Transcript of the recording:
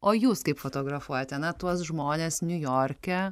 o jūs kaip fotografuojate na tuos žmones niujorke